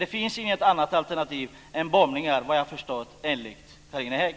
Det finns inget annat alternativ än bombningar, vad jag förstår, enligt Carina Hägg.